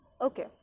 Okay